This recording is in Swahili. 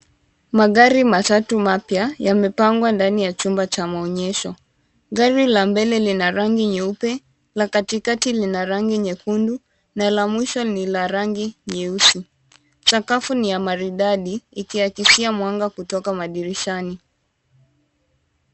Magari matatu mapya yamepangwa ndani ya chumba cha maonyesho. Gari la mbele lina rangi nyeupe, la katikati lina rangi nyekundu na la mwisho ni la rangi nyeusi. Sakafu ni ya maridadi ikiakisia mwanga kutoka madirishani.